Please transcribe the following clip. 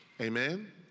amen